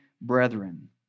brethren